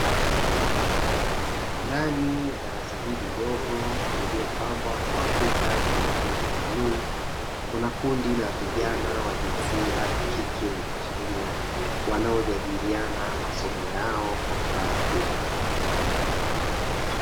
Ndani ya darasa hili dogo lililopambwa kwa kuta zenye rangi ya bluu, kuna kundi la vijana wa kike na wa kiume wanaojadiliana masomo yao kwa furaha kubwa.